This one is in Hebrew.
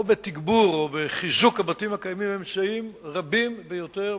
או בתגבור ובחיזוק הבתים הקיימים הם אמצעים רבים ביותר.